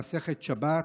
במסכת שבת,